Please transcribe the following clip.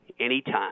anytime